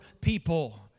people